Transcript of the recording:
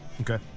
okay